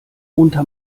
unter